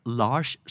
large